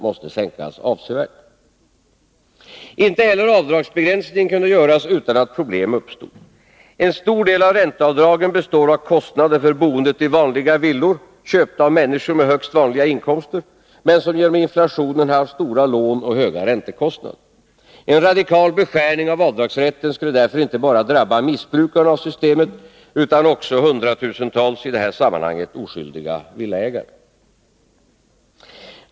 måste sänkas avsevärt. Inte heller avdragsbegränsningen kunde göras utan att problem uppstod. En stor del av ränteavdragen består av kostnader för boendet i vanliga villor, köpta av människor med högst vanliga inkomster, men som genom inflationen har stora lån och höga räntekostnader. En radikal beskärning av avdragsrätten skulle därför inte bara drabba missbrukarna av systemet utan även hundratusentals i detta sammanhang oskyldiga villaägare.